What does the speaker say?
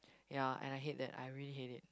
ya and I hate that I really hate it